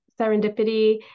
serendipity